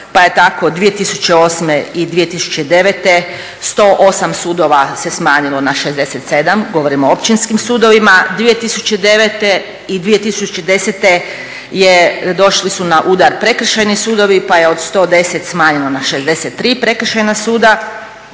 Pa je tako 2008. i 2009. 108 sudova se smanjilo na 67, govorim o općinskim sudovima, 2009. i 2010. došli su na udar prekršajni sudovi pa je od 110 smanjeno na 63 prekršajna suda,